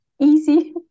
easy